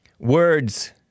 Words